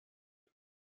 توی